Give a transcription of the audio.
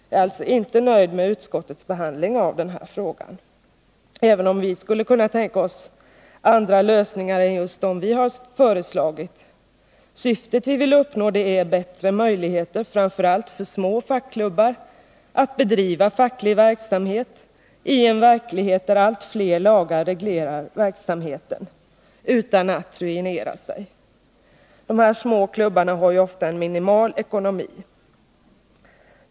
Jag är alltså inte nöjd med utskottets behandling av denna fråga, även om vi skulle kunna tänka oss andra lösningar än just dem vi föreslagit. Det syfte vi vill uppnå är bättre möjligheter för framför allt små fackklubbar att bedriva facklig verksamhet, i en verklighet där allt fler lagar reglerar verksamheten, utan att de ruinerar sig. De små klubbarna har ju ofta en minimal ekonomi.